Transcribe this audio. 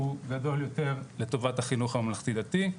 הוא גדול יותר לטובת החינוך הממלכתי דתי.